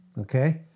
okay